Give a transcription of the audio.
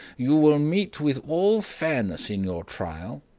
you will meet with all fairness in your trial,